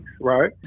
right